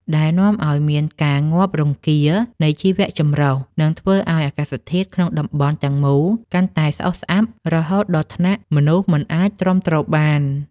ដែលនាំឱ្យមានការងាប់រង្គាលនៃជីវៈចម្រុះ និងធ្វើឱ្យអាកាសធាតុក្នុងតំបន់ទាំងមូលកាន់តែស្អុះស្អាប់ រហូតដល់ថ្នាក់មនុស្សមិនអាចទ្រាំទ្របាន។